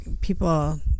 people